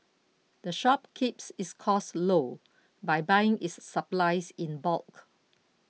the shop keeps its costs low by buying its supplies in bulk